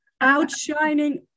outshining